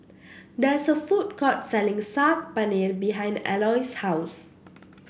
there is a food court selling Saag Paneer behind Aloys' house